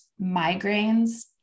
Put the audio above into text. migraines